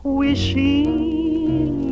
wishing